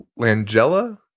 Langella